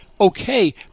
okay